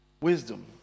wisdom